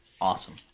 Awesome